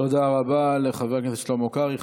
תודה רבה לחבר הכנסת שלמה קרעי.